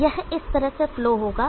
तो यह इस तरह से फ्लो होगा